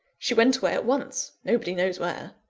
she went away at once nobody knows where.